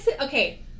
Okay